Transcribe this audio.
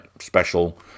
special